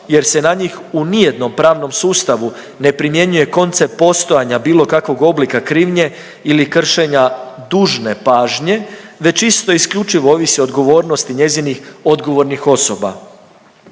jer se na njih u nijednom pravnom sustavu ne primjenjuje koncept postojanja bilo kakvog oblika krivnje ili kršenja dužne pažnje već isto isključivo ovisi o odgovornosti njezinih odgovornih osoba.